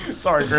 sorry,